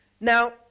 Now